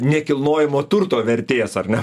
nekilnojamo turto vertės ar ne